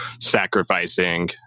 sacrificing